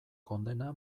kondena